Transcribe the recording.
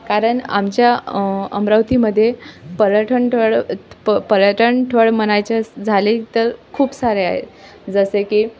कारण आमच्या अमरावतीमध्ये पर्यटनठळ प पर्यटनठळ म्हणायचे झाले तर खूप सारे आहेत जसे की